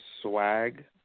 swag